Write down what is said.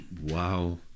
Wow